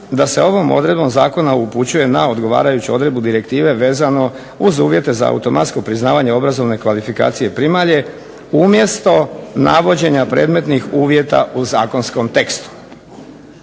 da se ovom odredbom zakona upućuje na odgovarajuću odredbu direktive vezano uz uvjete za automatsko priznavanje obrazovne kvalifikacije primalje umjesto navođenja predmetnih uvjeta u zakonskom tekstu.